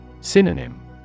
Synonym